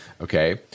okay